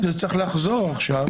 אז זה צריך לחזור עכשיו